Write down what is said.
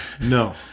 No